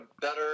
better